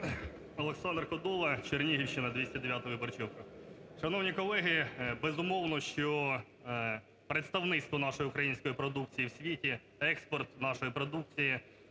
Олександр Кодола, Чернігівщина, 209 виборчий округ. Шановні колеги, безумовно, що представництво нашої української продукції в світі, експорт нашої продукції –